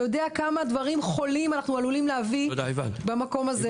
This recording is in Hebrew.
אתה יודע כמה דברים חולים אנחנו יכולים להביא במקום הזה?